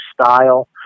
style